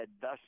thus